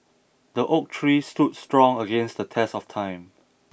the oak tree stood strong against the test of time